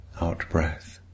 Out-breath